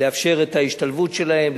לאפשר את ההשתלבות שלהם,